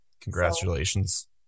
Congratulations